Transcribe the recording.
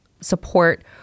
support